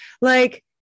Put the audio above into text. like-